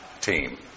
team